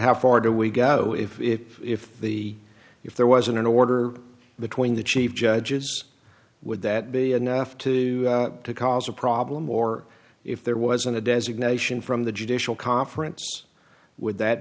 how far do we go if the if there wasn't an order between the chief judges would that be enough to cause a problem or if there wasn't a designation from the judicial conference would that